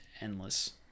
endless